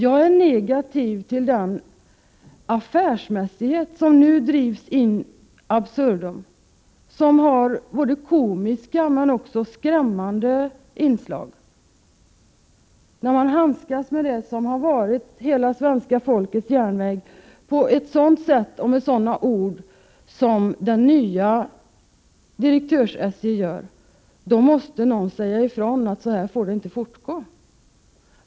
Jag är negativ till den affärsmässighet som nu drivs in absurdum, som har komiska men också skrämmande inslag. När man handskas med det som har varit hela svenska folkets järnväg på ett sådant sätt och med sådana ord som det nya direktörs-SJ gör, måste någon säga ifrån att det inte får fortgå på detta sätt.